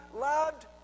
loved